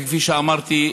וכפי שאמרתי,